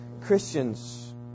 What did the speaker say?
Christians